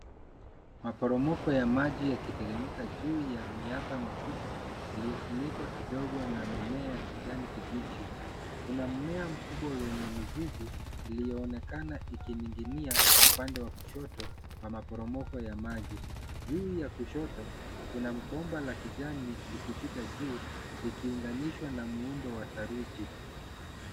Maporomoko ya maji yakiteremka juu ya miamba mikubwa, iliofunikwa kidogo na mimea ya kijani kibichi. Kuna mmea mkubwa wenye mizizi ulioonekana ikining’inia upande wa kushoto wa maporomoko ya maji. Juu ya kushoto, kuna bomba la kijani likipita juu likiuunganishwa na muundo wa saruji.